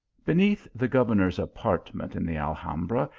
beneath the governor s apartment in the al hambra,